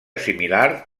similar